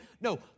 no